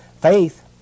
Faith